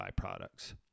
byproducts